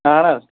اَہَن حظ